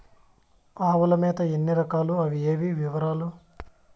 ఆవుల మేత ఎన్ని రకాలు? అవి ఏవి? వివరాలు?